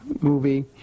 movie